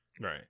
Right